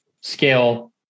scale